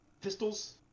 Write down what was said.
Pistols